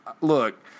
look